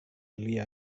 lia